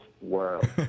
world